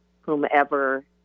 whomever